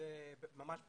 ממש בקצרה.